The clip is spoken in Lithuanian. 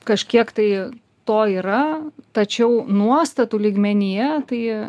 kažkiek tai to yra tačiau nuostatų lygmenyje tai